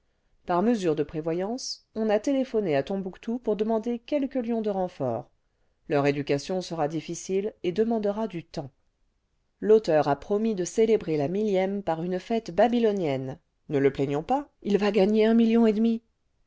par mesure de prévoyance on a téléphoné à tombouctou pour demander quelques lions de renfort leur éducation sera difficile et demandera du temps l'auteur a promis de célébrer la millième par une fête babylonienne ne le plaignons pas il va gagner un milbon et demi